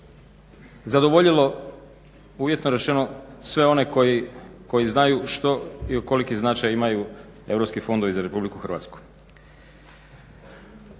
zadovoljilo uvjetno rečeno sve one koji znaju što i koliki značaj imaju Europski fondovi za RH. Dakle,